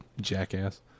Jackass